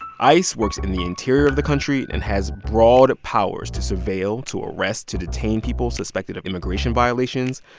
ice works in the interior of the country and has broad powers to surveil, to arrest, to detain people suspected of immigration violations.